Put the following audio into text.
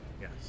yes